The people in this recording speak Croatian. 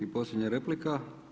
I posljednja replika.